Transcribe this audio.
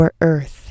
earth